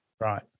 Right